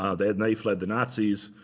ah then they fled the nazis.